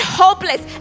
hopeless